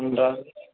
ఉందా